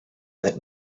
that